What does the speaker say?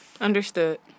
understood